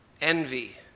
envy